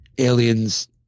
aliens